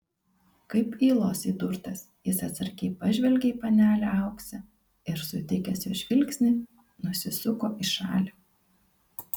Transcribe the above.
kaip ylos įdurtas jis atsargiai pažvelgė į panelę auksę ir sutikęs jos žvilgsnį nusisuko į šalį